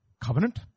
covenant